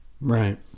Right